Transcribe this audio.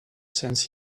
sense